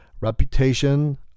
reputation